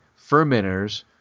fermenters